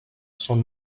són